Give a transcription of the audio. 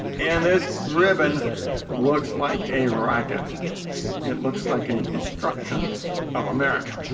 and this ribbon looks like a rocket it looks like a destruction of america.